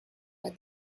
what